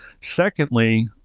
Secondly